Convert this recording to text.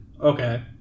Okay